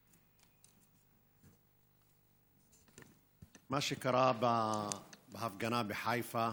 מה שקרה בהפגנה בחיפה,